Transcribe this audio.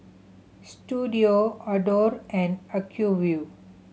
Istudio Adore and Acuvue